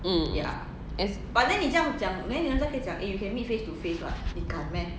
mm as